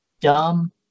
dumb